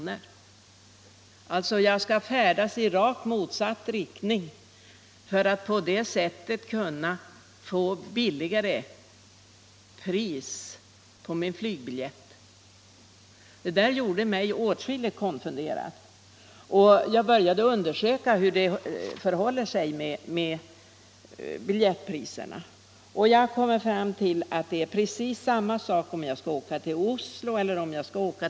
Jag skulle alltså färdas i rakt motsatt färdriktning för att på det sättet få lägre pris på min flygbiljett. Det där gjorde mig åtskilligt konfunderad. Jag började undersöka hur det förhåller sig med biljettpriserna, och jag kom fram till att det är precis samma förhållande om jag skall åka till Oslo eller Hamburg.